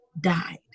died